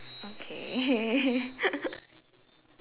okay